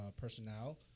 personnel